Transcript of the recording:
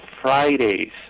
Fridays